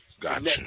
Gotcha